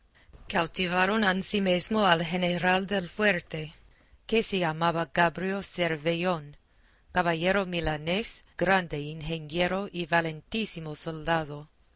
cautivaron ansimesmo al general del fuerte que se llamaba gabrio cervellón caballero milanés grande ingeniero y valentísimo soldado